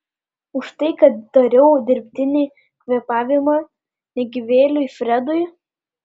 už tai kad dariau dirbtinį kvėpavimą negyvėliui fredui